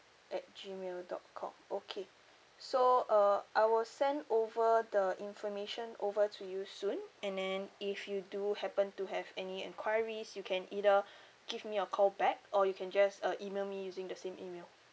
at gmail dot com okay so uh I will send over the information over to you soon and then if you do happen to have any enquiries you can either give me a call back or you can just uh email me using the same email